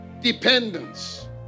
dependence